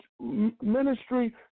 ministry